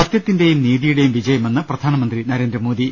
സത്യത്തിന്റെയും നീതിയുടെയും വിജയമെന്ന് പ്രധാനമന്ത്രി നരേ ന്ദ്രമോദി